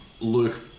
Luke